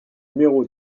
numéro